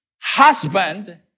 husband